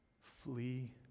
flee